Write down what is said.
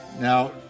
Now